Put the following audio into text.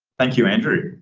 thank you andrew.